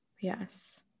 Yes